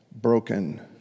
Broken